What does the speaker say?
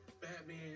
Batman